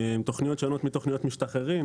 תכניות שונות מתכניות משתחררים,